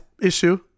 issue